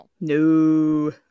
No